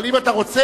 אבל אם אתה רוצה,